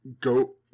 go